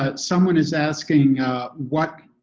but someone is asking what